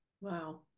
Wow